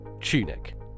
Tunic